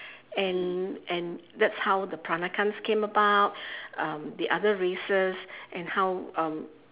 and and that's how the peranakans came about um the other races and how um